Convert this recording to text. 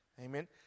Amen